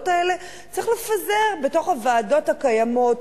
האלה צריך לפזר בתוך הוועדות הקיימות,